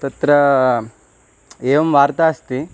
तत्र एवं वार्ता अस्ति